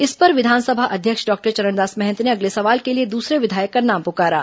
इस पर विधानसभा अध्यक्ष डॉक्टर चरणदास महंत ने अगले सवाल के लिए दूसरे विधायक का नाम पुकारा